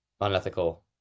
unethical